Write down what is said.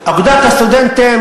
אגודת הסטודנטים?